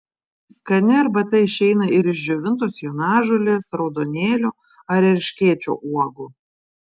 skani arbata išeina ir iš džiovintos jonažolės raudonėlio ar erškėčio uogų